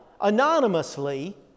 anonymously